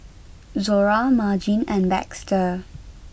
Zora Margene and Baxter